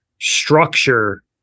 structure